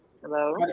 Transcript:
hello